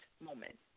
moment